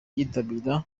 yitabira